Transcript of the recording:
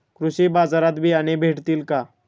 कृषी बाजारात बियाणे भेटतील का?